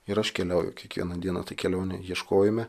ir aš keliauju kiekvieną dieną tą kelionę ieškojome